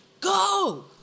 Go